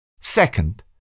Second